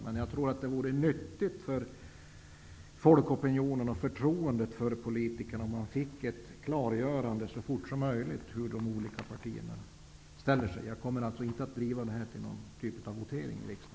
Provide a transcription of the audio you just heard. Men det vore nog nyttigt för folkopinionen och för förtroendet för politikerna om man så snart som möjligt fick en klargörande om de olika partiernas ståndpunkt. Jag kommer alltså inte att begära någon votering i den här frågan.